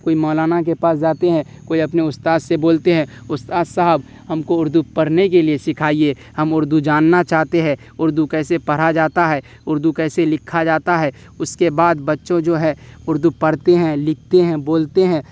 کوئی مولانا کے پاس جاتے ہیں کوئی اپنے استاذ سے بولتے ہیں استاذ صاحب ہم کو اردو پڑھنے کے لیے سکھائیے ہم اردو جاننا چاہتے ہیں اردو کیسے پڑھا جاتا ہے اردو کیسے لکھا جاتا ہے اس کے بعد بچوں جو ہے اردو پڑھتے ہیں لکھتے ہیں بولتے ہیں